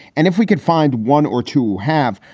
and if we can find one or two, have.